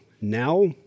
Now